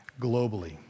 Globally